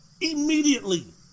Immediately